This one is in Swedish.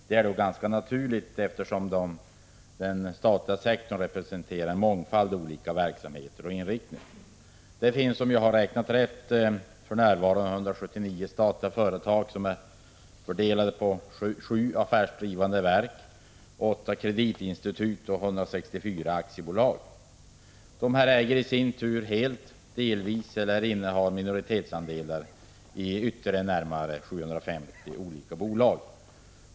Det är ganska naturligt, eftersom den representerar en mångfald olika verksamheter och inriktningar. Det finns för närvarande, om jag räknat rätt, 179 statliga företag, fördelade på 7 affärsdrivande verk, 8 kreditinstitut och 164 aktiebolag. Dessa — Prot. 1985/86:155 äger i sin tur helt eller delvis eller innehar minoritetsandelar i ytterligare 750 29 maj 1986 bolag.